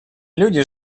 люди